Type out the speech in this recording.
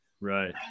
Right